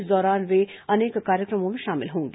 इस दौरान वे अनेक कार्यक्रमों में शामिल होंगे